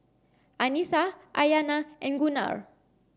Anissa Aiyana and Gunnar